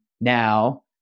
now